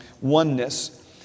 oneness